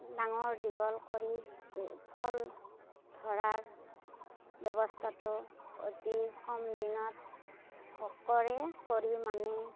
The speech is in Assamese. ডাঙৰ দীঘল কৰি ফল ধৰাৰ ব্যৱস্থাটো অতি কম দিনত কৰে কৰি মানে